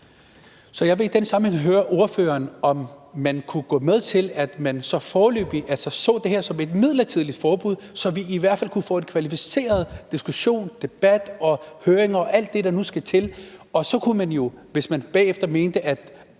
Så jeg vil i den sammenhæng høre ordføreren, om man kunne gå med til, at man altså foreløbig så det her som et midlertidigt forbud, så vi i hvert fald kunne få en kvalificeret diskussion, debat og høring og alt det, der nu skal til – og hvis man bagefter mente, at